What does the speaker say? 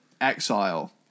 Exile